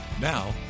Now